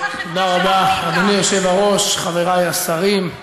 אדוני היושב-ראש, חברי השרים,